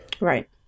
Right